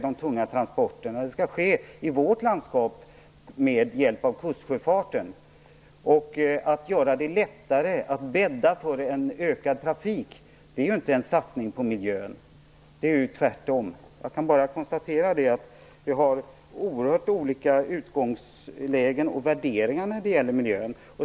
De tunga transporterna skall ske på järnväg och i vårt landskap med hjälp av kustsjöfarten. Att göra det lättare och bädda för en ökad trafik är inte en satsning på miljön, det är tvärtom. Jag kan bara konstatera att vi har oerhört olika utgångslägen och värderingar när det gäller miljön.